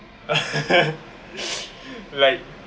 like